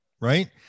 right